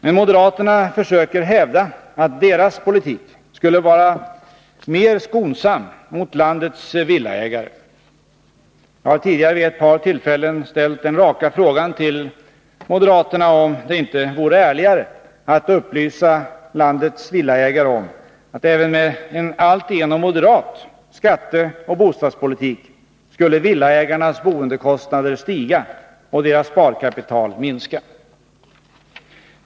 Men moderaterna försöker hävda att deras politik skulle vara mer skonsam mot landets villaägare. Jag har tidigare vid ett par tillfällen ställt den raka frågan till moderaterna om det inte vore ärligare att upplysa landets villaägare om att även med en alltigenom moderat skatteoch bostadspolitik skulle villaägarnas boendekostnader stiga och deras sparkapital minska.